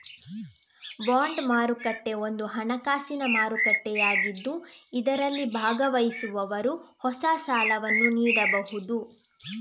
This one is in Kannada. ಬಾಂಡ್ ಮಾರುಕಟ್ಟೆ ಒಂದು ಹಣಕಾಸಿನ ಮಾರುಕಟ್ಟೆಯಾಗಿದ್ದು ಇದರಲ್ಲಿ ಭಾಗವಹಿಸುವವರು ಹೊಸ ಸಾಲವನ್ನು ನೀಡಬಹುದು